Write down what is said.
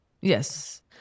Yes